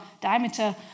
diameter